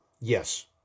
Yes